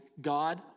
God